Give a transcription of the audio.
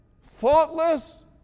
Faultless